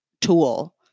tool